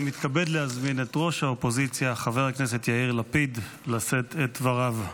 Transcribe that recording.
אני מתכבד להזמין את ראש האופוזיציה חבר הכנסת יאיר לפיד לשאת את דבריו.